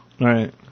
right